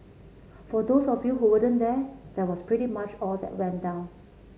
for those of you who wouldn't there that was pretty much all that went down